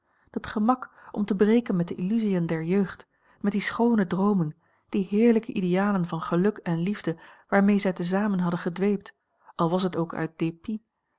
dat gemak om te breken met de illusiën der jeugd met die schoone droomen die heerlijke idealen van geluk en liefde waarmee zij te zamen hadden gedweept al was het ook